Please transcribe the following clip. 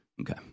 Okay